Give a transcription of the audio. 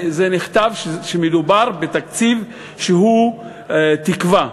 נכתב שמדובר בתקציב שהוא תקווה,